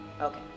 Okay